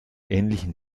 ähnlichen